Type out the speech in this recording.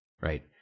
Right